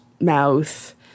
mouth